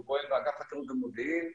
הוא פועל באגף חקירות ומודיעין,